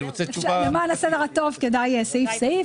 למען הסדר הטוב כדאי להגיש סעיף-סעיף,